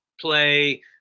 play